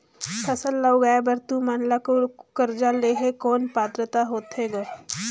फसल उगाय बर तू मन ला कर्जा लेहे कौन पात्रता होथे ग?